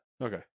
Okay